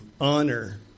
honor